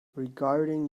regarding